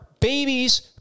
babies